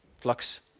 flux